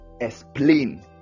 explain